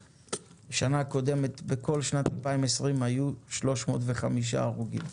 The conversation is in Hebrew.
בכל שנת 2020 היו 305 הרוגים.